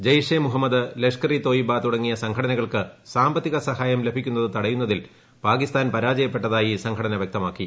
ജെയ്ഷെ മുഹമ്മദ് ലഷ്കർ തോയ്ബു തുടർങ്ങിയ സംഘടനകൾക്ക് സാമ്പത്തിക സഹായം ലഭിക്കുന്നത് തട്ടിയുന്നതിൽ പാകിസ്ഥാൻ പരാജയപ്പെട്ടതായി സംഘടന വൃക്തമാക്കി